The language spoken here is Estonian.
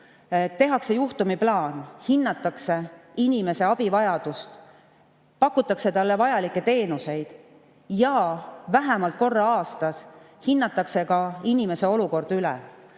tehakse juhtumiplaan, hinnatakse inimese abivajadust, pakutakse talle vajalikke teenuseid ja vähemalt korra aastas hinnatakse inimese olukord üle.